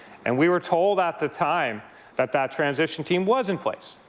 and we were told at the time that that transition team was in place,